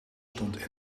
stond